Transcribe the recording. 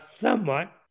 somewhat